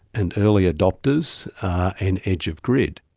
and early adopters, and edge of grid.